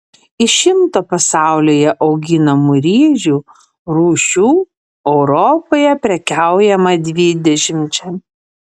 iš šimto pasaulyje auginamų ryžių rūšių europoje prekiaujama dvidešimčia